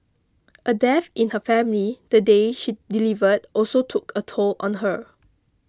a death in her family the day she delivered also took a toll on her